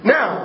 Now